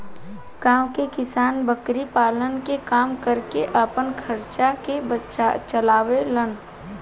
गांव के किसान बकरी पालन के काम करके आपन खर्चा के चलावे लेन